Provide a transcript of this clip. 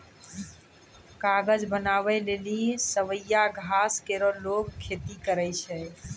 कागज बनावै लेलि सवैया घास केरो लोगें खेती करै छै